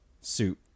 suit